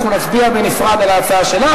אנחנו נצביע בנפרד על ההצעה שלך,